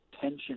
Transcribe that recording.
tension